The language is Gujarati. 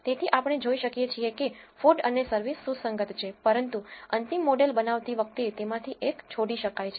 તેથી આપણે જોઈ શકીએ છીએ કે food અને service સુસંગત છે પરંતુ અંતિમ મોડેલ બનાવતી વખતે તેમાંથી એક છોડી શકાય છે